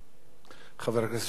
חבר הכנסת שנאן, לא כאן.